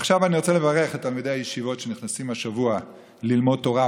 עכשיו אני רוצה לברך את תלמידי הישיבות שנכנסים השבוע ללמוד תורה,